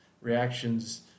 Reactions